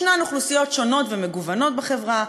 יש אוכלוסיות שונות ומגוונות בחברה,